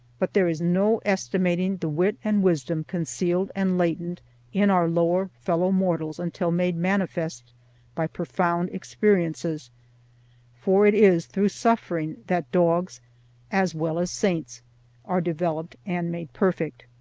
but there is no estimating the wit and wisdom concealed and latent in our lower fellow mortals until made manifest by profound experiences for it is through suffering that dogs as well as saints are developed and made perfect.